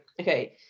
okay